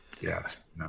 Yes